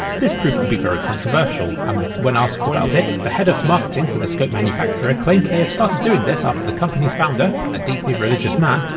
this proved to be very controversial, and um when asked about it, the head of marketing for the scope manufacturer claimed they had started doing this after the company's founder, a deeply religious man,